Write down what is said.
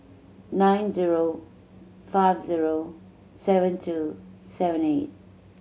nine zero five zero seven two seven eight